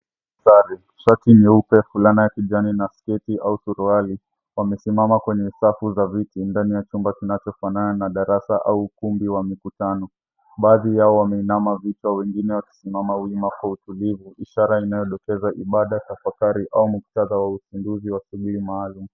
Sare, shati nyeupe, fulana ya kijani na sketi au suruali wamesimama kwenye safu za viti ndani ya chumba kinachofanana na darasa au ukumbi wa mikutano. Baadhi yao wameinama vichwa wengine wakisimama wima kwa utulivu ishara inayodokeza ibada, tafakari au muktadha wa uzinduzi wa shughuli maalum.